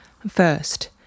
First